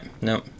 no